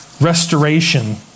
Restoration